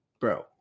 Bro